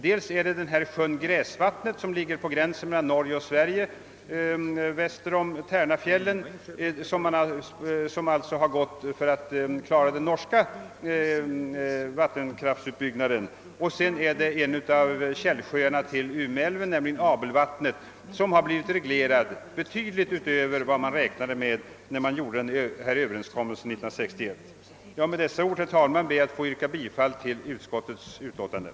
Det gäller dels sjön Gräsvattnet som ligger på gränsen mellan Norge och Sverige väster om Tärnafjällen och som tagits i anspråk för den norska vattenkraftsutbyggnaden, dels en av källsjöarna till Umeälven nämligen Abelvattnet, som har blivit betydligt mer reglerad än vad man räknade med när denna överenskommelse träffades år 1961. Med dessa ord, herr talman, ber jag få yrka bifall till utskottets hemställan.